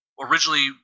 originally